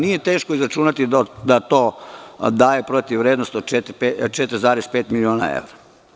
Nije teško izračunati da to daje protivvrednost od 4,5 miliona evra.